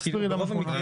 תסביר לי למה